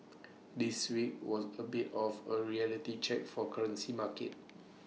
this week was A bit of A reality check for currency markets